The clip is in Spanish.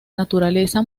naturaleza